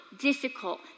difficult